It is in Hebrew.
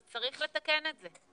צריך לתקן את זה.